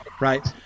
right